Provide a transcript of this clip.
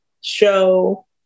show